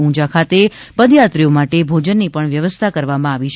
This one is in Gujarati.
ઉંઝા ખાતે પદયાત્રીઓ માટે ભોજનની પણ વ્યવસ્થા કરેલ છે